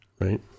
right